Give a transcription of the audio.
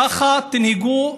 ככה תנהגו,